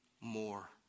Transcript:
more